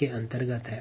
के अंतर्गत लेते है